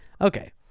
Okay